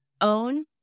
own